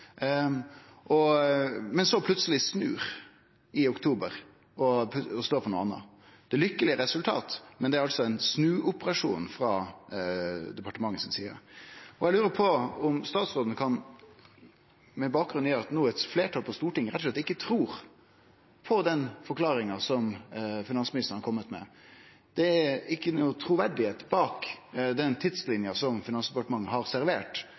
men så plutseleg snur i oktober og står for noko anna. Eit lukkeleg resultat, men det er ein snuoperasjon frå departementet si side. Med bakgrunn i at eit fleirtal på Stortinget no rett og slett ikkje trur på den forklaringa som finansministeren har kome med – det er ikkje noko truverd bak den tidslinja departementet har servert,